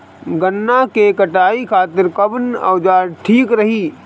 गन्ना के कटाई खातिर कवन औजार ठीक रही?